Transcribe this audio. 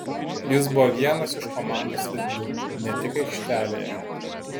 jis buvo vienas iš komandos vedlių ne tik aikštelėje